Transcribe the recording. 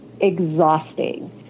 exhausting